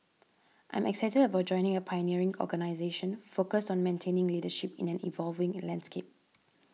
I'm excited about joining a pioneering organisation focused on maintaining leadership in an evolving landscape